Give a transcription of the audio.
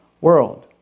world